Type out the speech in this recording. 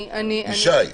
ישי ידבר,